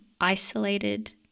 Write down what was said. isolated